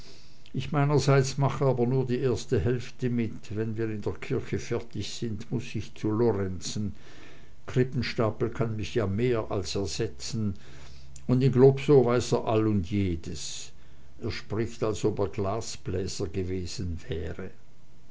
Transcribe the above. ich meinerseits mache aber nur die erste hälfte mit wenn wir in der kirche fertig sind muß ich zu lorenzen krippenstapel kann mich ja mehr als ersetzen und in globsow weiß er all und jedes er spricht als ob er glasbläser gewesen wäre